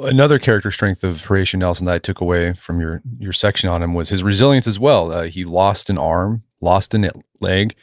another character strength of horatio nelson that i took away from your your section on him was his resilience as well. he lost an arm, lost and a leg.